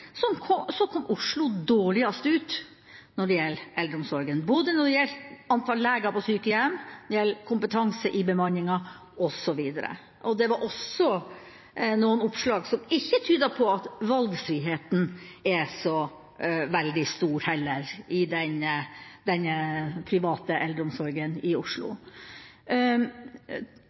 så kom Oslo dårligst ut når det gjelder eldreomsorgen, både når det gjelder antall leger på sykehjem, når det gjelder kompetanse i bemanninga, osv. Det var også noen oppslag som ikke tydet på at valgfriheten er så veldig stor heller i den private eldreomsorgen i Oslo.